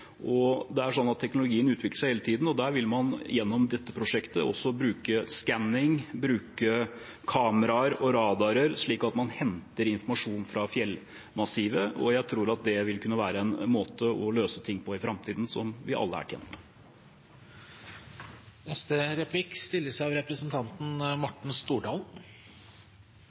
Teknologien utvikler seg hele tiden. Man vil gjennom det prosjektet også bruke skanning, kameraer og radarer, slik at man henter informasjon fra fjellmassivet. Jeg tror at det vil kunne være en måte å løse ting på i framtiden, som vi alle er tjent med.